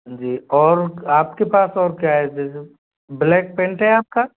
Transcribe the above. जी और आप के पास और क्या है जैसे ब्लैक पेंट है आप का